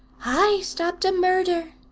i stopped a murder,